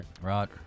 right